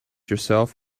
yourself